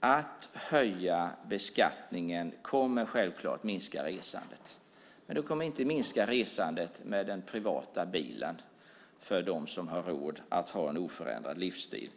Att höja beskattningen kommer självklart att minska resandet, men det kommer inte att minska resandet med den privata bilen för dem som har råd att ha en oförändrad livsstil.